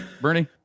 bernie